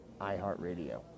iHeartRadio